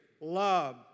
love